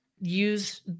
use